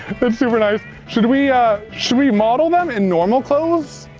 super nice. should we ah should we model them in normal clothes?